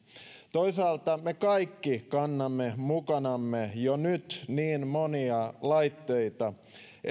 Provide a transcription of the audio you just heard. toisaalta me kaikki kannamme mukanamme jo nyt niin monia laitteita että en